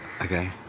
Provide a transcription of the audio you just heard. okay